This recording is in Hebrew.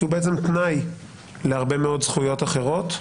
כי הוא בעצם תנאי להרבה מאוד זכויות אחרות,